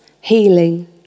healing